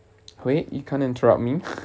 wait you can't interrupt me